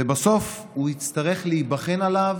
ובסוף הוא יצטרך להיבחן עליו